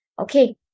okay